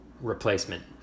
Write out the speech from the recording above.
replacement